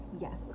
Yes